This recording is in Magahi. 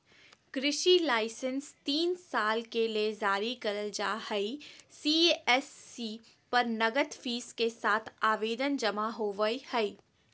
कृषि लाइसेंस तीन साल के ले जारी करल जा हई सी.एस.सी पर नगद फीस के साथ आवेदन जमा होवई हई